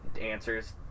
answers